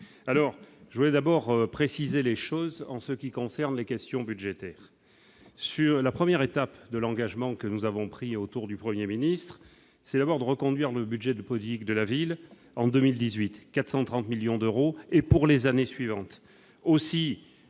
alors je voulais d'abord préciser les choses en ce qui concerne les questions budgétaires sur la 1ère étape de l'engagement que nous avons pris autour du 1er ministre c'est la mort de reconduire le budget de politique de la ville en 2018 430 millions d'euros et pour les années suivantes aussi